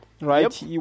right